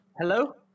Hello